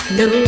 no